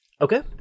Okay